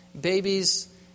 babies